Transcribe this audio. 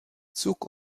zug